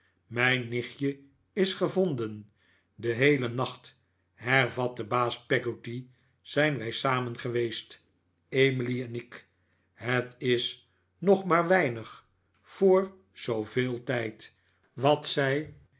mijn nichtje is gevonden den heelen nacht hervatte baas peggotty zijn wij samen geweest emily en ik het is nog maar weinig voor zooveel tijd wat zij